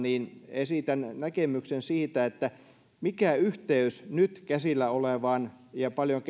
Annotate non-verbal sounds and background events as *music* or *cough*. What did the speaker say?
esitän näkemyksen siitä mikä yhteys nyt käsillä olevaan ja paljon *unintelligible*